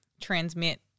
transmit